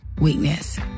weakness